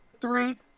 three